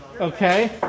okay